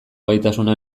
gaitasuna